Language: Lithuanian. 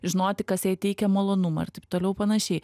žinoti kas jai teikia malonumą ir taip toliau panašiai